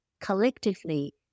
collectively